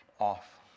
off